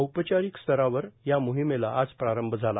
औपचारिकस्तरावर या मोहिमेला आज प्रारंभ झाला